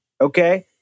Okay